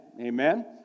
Amen